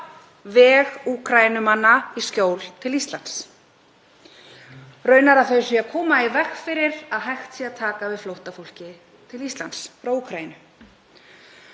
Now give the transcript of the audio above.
veg Úkraínumanna í skjól til Íslands, raunar að það sé að koma í veg fyrir að hægt sé að taka við flóttafólki til Íslands frá Úkraínu.